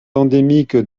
endémique